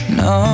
no